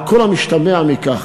על כל המשתמע מכך.